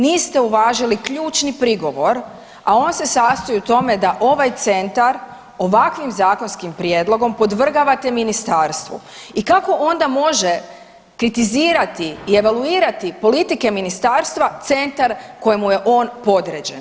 Niste uvažili ključni prigovor, a on se sastoji u tome da ovaj centar ovakvim zakonskim prijedlogom podvrgavate ministarstvu i kako onda može kritizirati i evaluirati politike ministarstva centar kojem je on podređen?